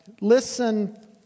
listen